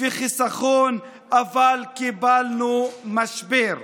וחיסכון אבל קיבלנו משבר.